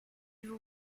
vous